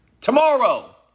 Tomorrow